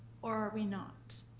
or are we not?